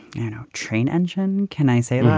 you know, train engine, can i say. like